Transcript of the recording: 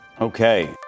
Okay